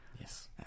yes